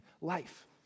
life